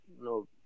no